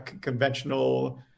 conventional